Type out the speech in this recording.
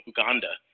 Uganda